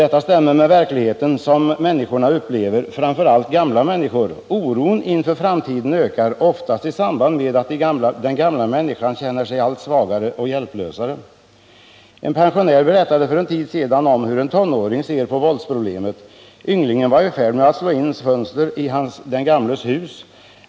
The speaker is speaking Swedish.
Det stämmer också med den verklighet som människorna upplever — framför allt gamla människor. Oron inför framtiden ökar, oftast i samband med att den gamla människan känner sig allt svagare och hjälplösare. En pensionär berättade för en tid sedan om hur en tonåring ser på våldsproblemet. Ynglingen var i färd med att slå in fönster i den gamles hus.